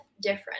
different